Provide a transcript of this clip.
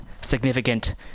significant